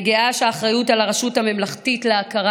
אני גאה שהאחריות על הרשות הממלכתית להכרה